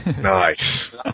Nice